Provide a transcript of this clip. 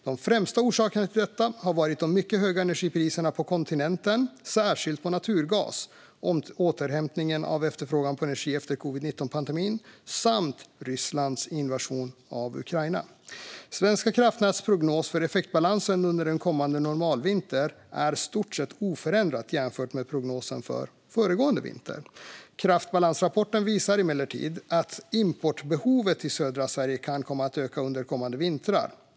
De främsta orsakerna till detta har varit de mycket höga energipriserna på kontinenten, särskilt på naturgas, återhämtningen av efterfrågan på energi efter covid-19-pandemin samt Rysslands invasion av Ukraina. Svenska kraftnäts prognos för effektbalansen under en kommande normalvinter är i stort sett oförändrad jämfört med prognosen för föregående vinter. Kraftbalansrapporten visar emellertid att importbehovet i södra Sverige kan komma att öka under kommande vintrar.